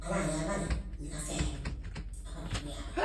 balayaḃale, niġafiaeno aḃanileḃuyaḃale.